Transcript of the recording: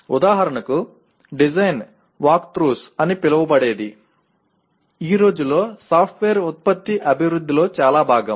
ఉదాహరణకు design walkthroughs అని పిలువబడేది ఈ రోజుల్లో సాఫ్ట్వేర్ ఉత్పత్తి అభివృద్ధిలో చాలా భాగం